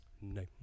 No